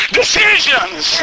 decisions